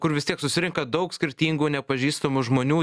kur vis tiek susirenka daug skirtingų nepažįstamų žmonių